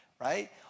right